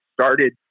started